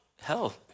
hell